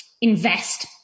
invest